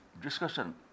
discussion